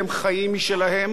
עולם משלהם.